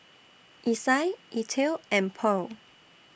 Isai Ethyl and Purl